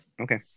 okay